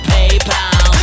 PayPal